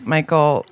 Michael